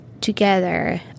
together